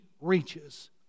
reaches